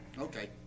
okay